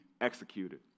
executed